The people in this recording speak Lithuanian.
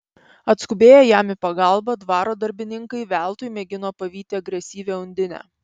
atskubėję jam į pagalbą dvaro darbininkai veltui mėgino pavyti agresyvią undinę